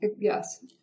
Yes